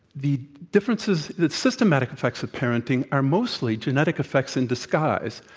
the differences the systematic effects of parenting are mostly genetic effects in disguise.